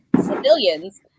civilians